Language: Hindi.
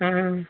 हाँ